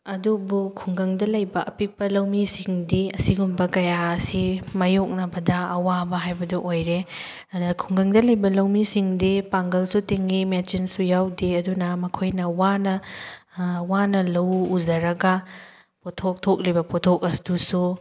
ꯑꯗꯨꯕꯨ ꯈꯨꯡꯒꯪꯗ ꯂꯩꯕ ꯑꯄꯤꯛꯄ ꯂꯧꯃꯤꯁꯤꯡꯗꯤ ꯑꯁꯤꯒꯨꯝꯕ ꯀꯌꯥ ꯑꯁꯤ ꯃꯥꯏꯌꯣꯛꯅꯕꯗ ꯑꯋꯥꯕ ꯍꯥꯏꯕꯗꯣ ꯑꯣꯏꯔꯦ ꯑꯗꯨꯅ ꯈꯨꯡꯒꯪꯗ ꯂꯩꯕ ꯂꯧꯃꯤꯁꯤꯡꯗꯤ ꯄꯥꯡꯒꯜꯁꯨ ꯇꯤꯡꯉꯤ ꯃꯦꯆꯤꯟꯁꯨ ꯌꯥꯎꯗꯦ ꯑꯗꯨꯅ ꯃꯈꯣꯏꯅ ꯋꯥꯅ ꯋꯥꯅ ꯂꯧꯎ ꯎꯖꯔꯒ ꯄꯣꯊꯣꯛ ꯊꯣꯛꯂꯤꯕ ꯄꯣꯊꯣꯛ ꯑꯗꯨꯁꯨ